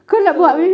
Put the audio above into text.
so